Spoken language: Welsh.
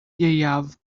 ieuaf